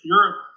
Europe